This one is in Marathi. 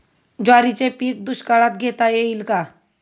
ज्वारीचे पीक दुष्काळात घेता येईल का?